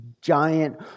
giant